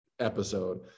episode